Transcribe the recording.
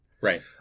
Right